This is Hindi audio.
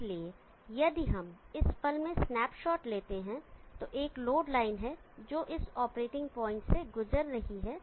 इसलिए यदि हम इस पल में स्नैपशॉट लेते हैं तो एक लोड लाइन है जो इस ऑपरेटिंग पॉइंट से गुजर रही है